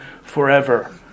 forever